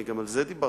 אני גם על זה דיברתי,